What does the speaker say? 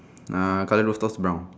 uh colour roof tops brown